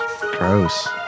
Gross